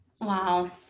Wow